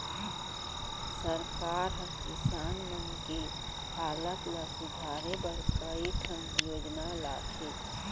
सरकार हर किसान मन के हालत ल सुधारे बर कई ठन योजना लाथे